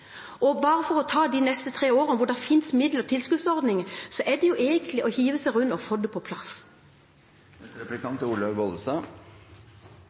Og bare for å ta de neste tre årene: Der hvor det finnes midler og tilskuddsordninger, så er det jo egentlig bare å hive seg rundt og få det på